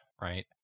right